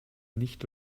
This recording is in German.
nicht